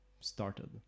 started